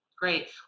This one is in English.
Great